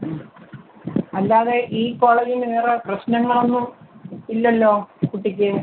ആ അല്ലാതെ ഈ കോളേജീന്ന് വേറെ നിങ്ങൾ പ്രശ്നങ്ങളൊന്നും ഇല്ലല്ലോ കുട്ടിക്ക്